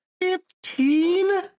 Fifteen